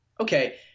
okay